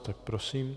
Tak prosím.